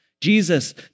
Jesus